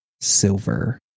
silver